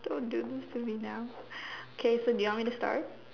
don't do this to me now K so do you want me to start